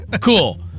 Cool